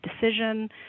decision